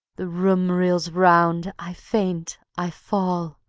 the room reels round, i faint, i fall.